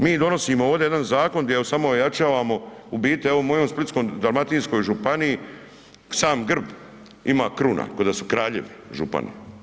Mi donosimo ovdje jedan zakon gdje samo ojačavamo u biti, evo u mojoj Splitsko-dalmatinskoj županiji, sam grb ima kruna ko da su kraljevi župani.